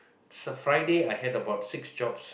s~ Friday I had about six jobs